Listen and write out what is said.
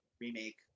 remake